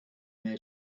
their